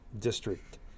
district